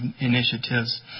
initiatives